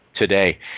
today